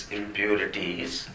impurities